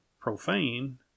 profane